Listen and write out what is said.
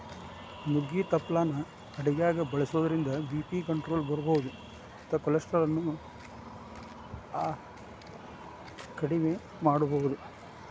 ನುಗ್ಗಿ ತಪ್ಪಲಾನ ಅಡಗ್ಯಾಗ ಬಳಸೋದ್ರಿಂದ ಬಿ.ಪಿ ಕಂಟ್ರೋಲ್ ಮಾಡಬೋದು ಮತ್ತ ಕೊಲೆಸ್ಟ್ರಾಲ್ ಅನ್ನು ಅಕೆಡಿಮೆ ಮಾಡಬೋದು